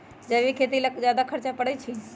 जैविक खेती ला ज्यादा खर्च पड़छई?